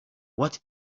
what